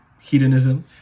hedonism